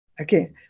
Okay